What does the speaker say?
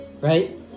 right